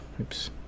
Oops